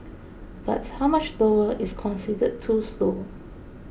but how much slower is considered too slow